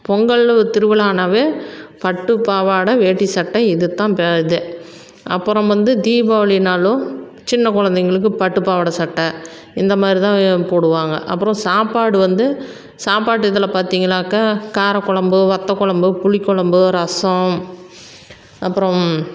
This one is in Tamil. பொங்கல் ஒரு திருவிழானாவே பட்டுப் பாவாடை வேட்டி சட்டை இது தான் இப்போ இதே அப்புறம் வந்து தீபாவளினாலும் சின்ன கொழந்தைங்களுக்கு பட்டுப் பாவாடை சட்டை இந்த மாதிரி தான் போடுவாங்க அப்புறம் சாப்பாடு வந்து சாப்பாட்டு இதில் பார்த்தீங்கனாக்கா காரக் கொழம்பு வத்தக் கொழம்பு புளிக் கொழம்பு ரசம் அப்புறம்